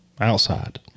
outside